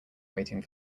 waiting